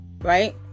right